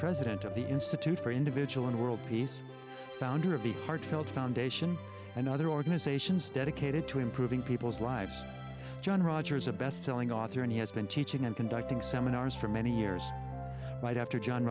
president of the institute for individual and world peace founder of the heartfelt foundation and other organizations dedicated to improving people's lives john rogers a bestselling author and he has been teaching and conducting seminars for many years right after john